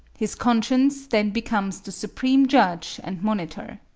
his conscience then becomes the supreme judge and monitor